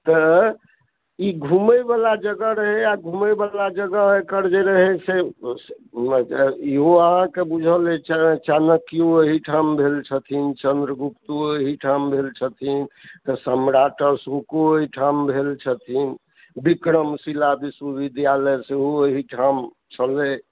तऽ ई घुमैवला जगह रहै आ घुमैवला जगह एकर जे रहै मतलब इहो अहाँकेँ बुझल अइ की चाणक्यो एहिठाम भेल छथिन चन्दगुप्तो एहिठाम भेल छथिन तऽ सम्राट अशोको एहिठाम भेल छथिन बिक्रमशिला विश्वविद्यालय सेहो एहिठाम छलए